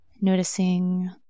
noticing